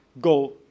go